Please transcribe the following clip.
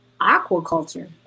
aquaculture